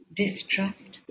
distrust